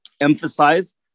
emphasize